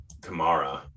Kamara